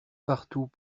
partout